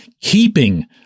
keeping